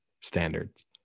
standards